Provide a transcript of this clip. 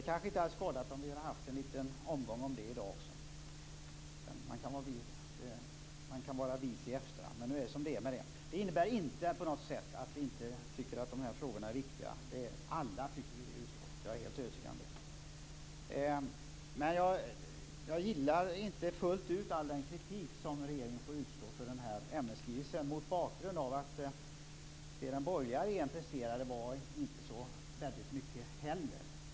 Det kanske inte hade skadat om vi haft en liten omgång om det i dag också. Man kan vara vis i efterhand, men nu är det som det är med det. Det innebär inte på något sätt att vi inte tycker att dessa frågor är viktiga. Det tycker vi alla i utskottet. Jag är helt övertygad om det. Men jag gillar inte fullt ut all den kritik som regeringen får utstå för MR skrivelsen mot bakgrund av att det som den borgerliga regeringen presterade inte var så väldigt mycket det heller.